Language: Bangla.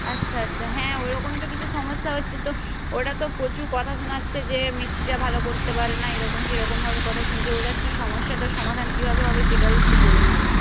আচ্ছা আচ্ছা হ্যাঁ ওরকমই তো কিছু সমস্যা হচ্ছে তো ওরা তো প্রচুর কথা শোনাচ্ছে যে মিস্ত্রিরা ভালো করতে পারে না এরকম সেরকমভাবে কথা শুনছে ওরা কী সমস্যাটার সমাধান কীভাবে হবে সেটাই একটু বলুন আপনি